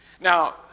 now